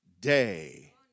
day